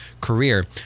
career